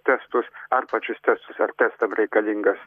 testus ar pačius testusa ar testam reikalingas